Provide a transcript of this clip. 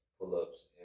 pull-ups